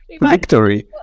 Victory